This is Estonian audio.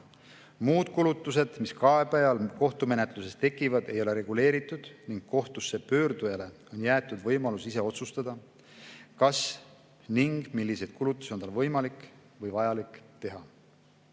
Muud kulutused, mis kaebajal kohtumenetluses tekivad, ei ole reguleeritud ning kohtusse pöördujale on jäetud võimalus ise otsustada, kas ning milliseid kulutusi on tal võimalik või vajalik teha.